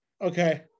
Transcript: Okay